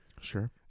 Sure